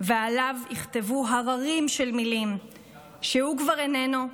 ועליו ייכתבו הררים של מילים / שהוא כבר איננו,